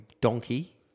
donkey